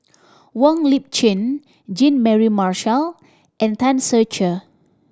Wong Lip Chin Jean Mary Marshall and Tan Ser Cher